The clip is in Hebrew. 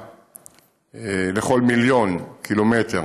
הרוגים לכל מיליון קילומטר